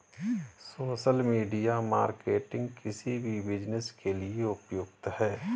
social media marketing किसी भी business के लिए उपयुक्त है